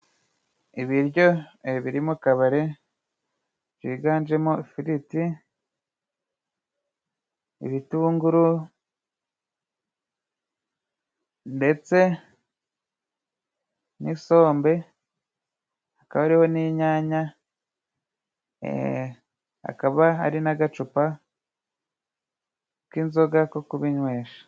Ibiryo biri mukabare byiganjemo: ifiriti, ibitunguru ndetse n'isombe hakaba hariho n'inyanya ,hakaba hari n'agacupa k'inzoga ko kubinywesha.